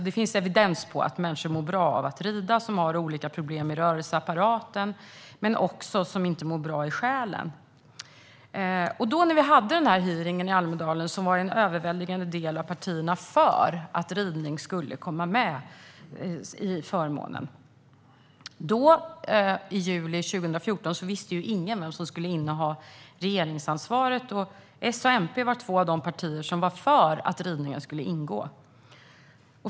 Det finns evidens på att människor som har olika problem med rörelseapparaten men också människor som inte mår bra i själen mår bra av att rida. Vid hearingen i Almedalen var en överväldigande del av partierna för att ridning skulle komma med i förmånen. Då, i juli 2014, visste ingen vem som skulle inneha regeringsansvaret, och S och MP var två av de partier som var för att ridning skulle ingå.